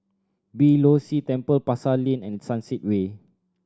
Beeh Low See Temple Pasar Lane and Sunset Way